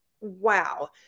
wow